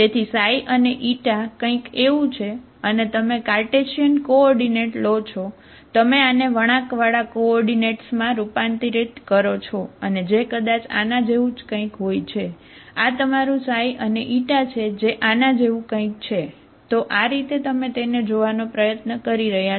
તેથી ξ અને η કંઈક એવું છે અને તમે કાર્ટેશિયન કોઓર્ડિનેટ કરો છો તો આ રેખા છે